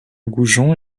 goujon